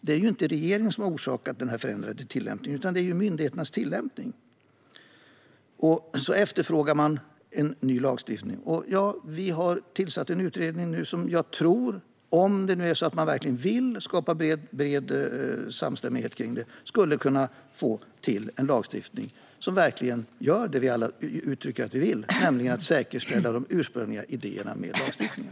Det är inte regeringen som har orsakat den förändrade tillämpningen, utan det är myndigheternas tillämpning. Man efterfrågar en ny lagstiftning. Vi har nu tillsatt en utredning, och jag tror att om vi verkligen vill skapa bred samstämmighet skulle vi kunna få till en lagstiftning som åstadkommer det vi alla uttrycker att vi vill, nämligen att säkerställa de ursprungliga idéerna med lagstiftningen.